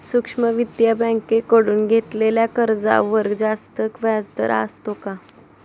सूक्ष्म वित्तीय बँकेकडून घेतलेल्या कर्जावर जास्त व्याजदर असतो का?